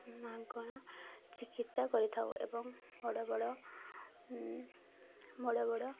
ମାଗଣା ଚିକିତ୍ସା କରିଥାଉ ଏବଂ ବଡ଼ ବଡ଼ ବଡ଼ ବଡ଼